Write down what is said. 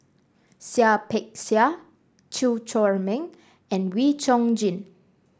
Seah Peck Seah Chew Chor Meng and Wee Chong Jin